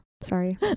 Sorry